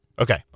Okay